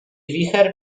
wicher